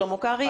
שלמה קרעי,